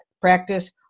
practice